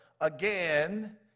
again